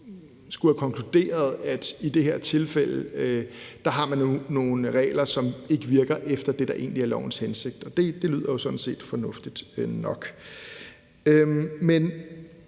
skulle have konkluderet, at i det her tilfælde har man nogle regler, som ikke virker efter det, der egentlig er lovens hensigt, og det lyder jo sådan set fornuftigt nok.